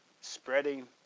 spreading